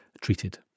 treated